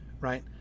Right